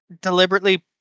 deliberately